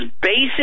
basic